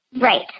Right